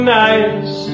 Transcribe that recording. nice